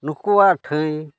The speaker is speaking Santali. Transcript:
ᱱᱩᱠᱩᱣᱟᱜ ᱴᱷᱟᱹᱭ